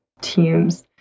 teams